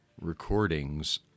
recordings